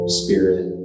spirit